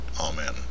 amen